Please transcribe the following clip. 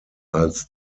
als